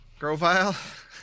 Grovile